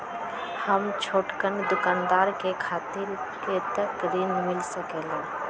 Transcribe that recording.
हम छोटकन दुकानदार के खातीर कतेक ऋण मिल सकेला?